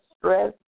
Stress